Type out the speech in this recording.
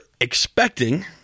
expecting